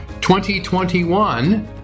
2021